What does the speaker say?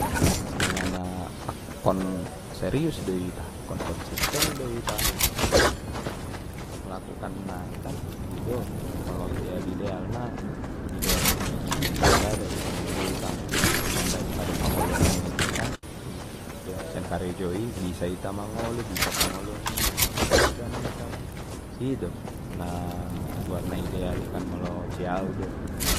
Alana akkon serius do ita akkon konsisten do ita malakukan nai kan i do molo ideal ideal na ideal ni diri nita do songon dia ita mabaen pade pangoluan nita kan ido sian karejo i bisa ita mangolu bisa pangoluan ni keluarga nita kan ido na goarna ideal i molo jau do.